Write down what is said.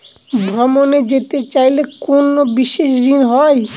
ভ্রমণে যেতে চাইলে কোনো বিশেষ ঋণ হয়?